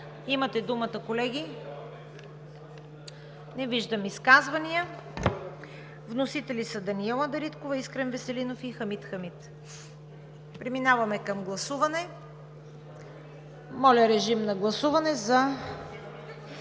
Имате думата, колеги. Не виждам изказвания. Вносители са Даниела Дариткова, Искрен Веселинов и Хамид Хамид. Преминаваме към гласуване. Гласуваме за